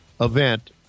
event